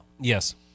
Yes